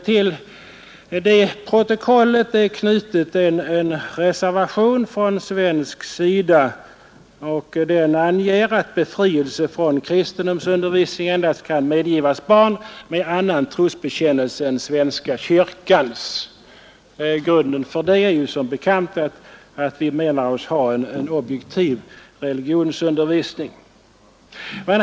Till det protokollet är knuten en reservation från svensk sida, och den anger att befrielse från kristendomsundervisningen endast kan medgivas barn med annan trosbekännelse än svenska kyrkans. Grunden för det är som bekant att vi menar oss ha en objektiv religionsundervisning.